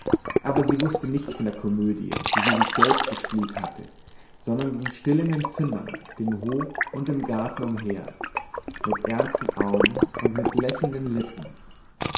aber sie wußte nichts von der komödie die sie sich selbst gespielt hatte sondern ging still in den zimmern dem hof und dem garten umher mit ernsten augen und mit lächelnden lippen